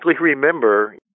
remember